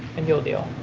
and you'll deal.